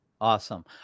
Awesome